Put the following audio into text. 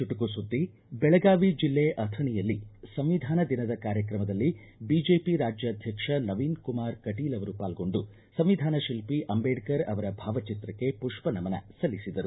ಚುಟುಕು ಸುದ್ದಿ ಬೆಳಗಾವಿ ಜಿಲ್ಲೆ ಅಥಣಿಯಲ್ಲಿ ಸಂವಿಧಾನ ದಿನದ ಕಾರ್ಯಕ್ರಮದಲ್ಲಿ ಬಿಜೆಪಿ ರಾಜ್ಯಾದ್ವಕ್ಷ ನವೀನಕುಮಾರ ಕಟೀಲ ಅವರು ಪಾಲ್ಗೊಂಡು ಸಂವಿಧಾನ ಶಿಲ್ಪಿ ಅಂಬೇಡ್ಕರ್ ಅವರ ಭಾವಚಿತ್ರಕ್ಕೆ ಪುಪ್ಪ ನಮನ ಸಲ್ಲಿಸಿದರು